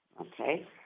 Okay